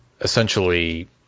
essentially